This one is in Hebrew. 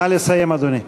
נא לסיים, אדוני.